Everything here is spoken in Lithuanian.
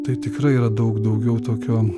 tai tikrai yra daug daugiau tokio